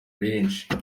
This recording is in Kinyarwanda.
benshi